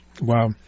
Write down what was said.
Wow